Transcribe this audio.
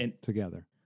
together